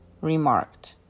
remarked